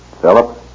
Philip